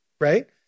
right